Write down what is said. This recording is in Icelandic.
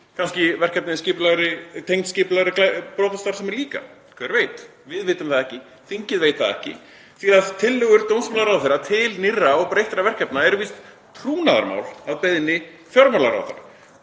kannski verkefni tengd skipulagðri brotastarfsemi líka, hver veit. Við vitum það ekki, þingið veit það ekki því að tillögur dómsmálaráðherra til nýrra og breyttra verkefna er víst trúnaðarmál að beiðni fjármálaráðherra.